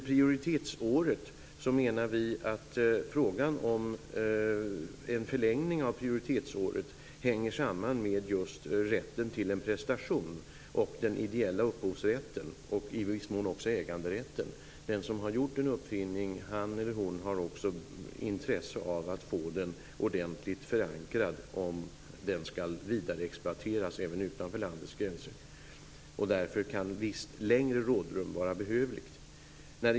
Vi menar att frågan om en förlängning av prioritetsåret hänger samman med rätten till en prestation och den ideella upphovsrätten - och i viss mån äganderätten. Den som har gjort en uppfinning har också ett intresse att få den ordentligt förankrad om den skall exploateras även utanför landets gränser. Därför kan visst längre rådrum vara behövligt.